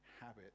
habit